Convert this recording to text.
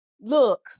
look